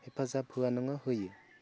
हेफाजाब होआ नङा होयो